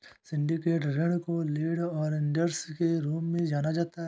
syndicated ऋण को lead arrangers के रूप में जाना जाता है